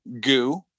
goo